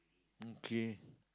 okay